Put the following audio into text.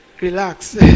relax